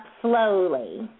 slowly